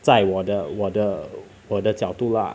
在我的我的我的角度啦